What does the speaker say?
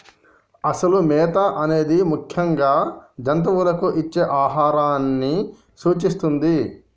అసలు మేత అనేది ముఖ్యంగా జంతువులకు ఇచ్చే ఆహారాన్ని సూచిస్తుంది